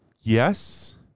yes